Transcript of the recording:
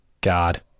god